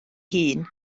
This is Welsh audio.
hun